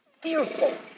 fearful